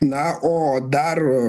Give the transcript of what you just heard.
na o dar